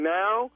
now